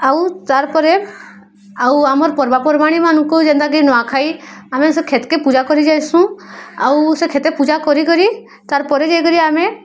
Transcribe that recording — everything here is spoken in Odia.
ଆଉ ତାର୍ ପରେ ଆଉ ଆମର୍ ପର୍ବାପର୍ବାଣିମାନଙ୍କୁ ଯେନ୍ତାକି ନୂଆଖାଇ ଆମେ ସେ କଷେ୍କେ ପୂଜା କରି ଯାଇସୁଁ ଆଉ ସେ ଖେତେ ପୂଜା କରିକରି ତାର୍ ପରେ ଯାଇକରି ଆମେ